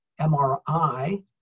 MRI